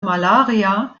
malaria